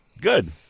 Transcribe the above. Good